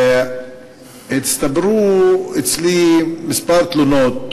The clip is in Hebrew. בחודשים האחרונים הצטברו אצלי כמה תלונות